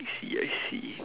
I see I see